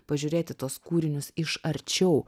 pažiūrėti tuos kūrinius iš arčiau